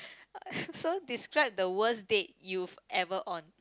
so describe the worst date you've ever on